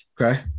Okay